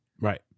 Right